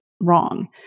wrong